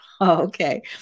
Okay